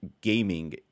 gaming